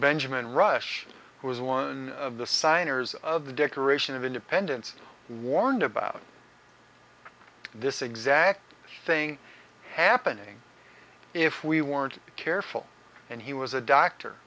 benjamin rush who is one of the signers of the declaration of independence warned about this exact thing happening if we weren't careful and he was a doctor